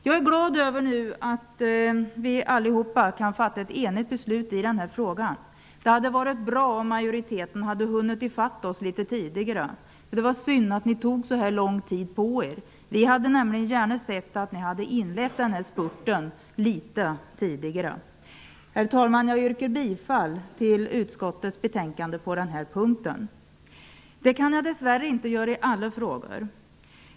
Jag är glad över att vi allihop nu kan fatta ett enigt beslut i den här frågan. Det hade varit bra om majoriteten hade hunnit ifatt oss litet tidigare. Det var synd att ni tog så här lång tid på er. Vi hade nämligen gärna sett att ni hade inlett den här spurten litet tidigare. Herr talman! Jag yrkar bifall till utskottets hemställan på den här punkten. Det kan jag dess värre inte göra i alla frågor.